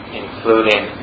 including